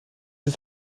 ist